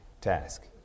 task